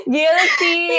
guilty